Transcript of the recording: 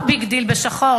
לא ביג דיל בשחור,